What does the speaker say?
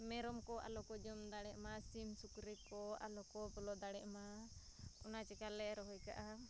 ᱢᱮᱨᱚᱢᱠᱚ ᱟᱞᱚᱠᱚ ᱡᱚᱢ ᱫᱟᱲᱮᱜ ᱢᱟ ᱥᱤᱢᱼᱥᱩᱠᱨᱤᱠᱚ ᱟᱞᱚᱠᱚ ᱵᱚᱞᱚ ᱫᱟᱲᱮᱜ ᱢᱟ ᱚᱱᱟ ᱪᱮᱠᱟᱞᱮ ᱨᱚᱦᱚᱭᱠᱟᱜᱼᱟ